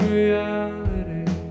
reality